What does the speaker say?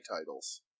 titles